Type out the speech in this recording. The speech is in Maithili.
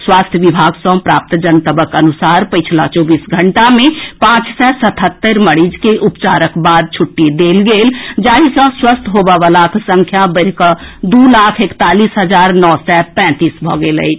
स्वास्थ्य विभाग सँ प्राप्त जनतबक अनुसार पछिला चौबीस घंटा मे पांच सय सतहत्तरि मरीज के उपचारक बाद छुट्टी देल गेल जाहि सँ स्वस्थ होबय वलाक संख्या बढ़िकऽ दू लाख एकतालीस हजार नओ सय पैंतीस भऽ गेल अछि